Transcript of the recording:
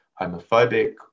homophobic